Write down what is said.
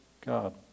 god